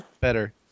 better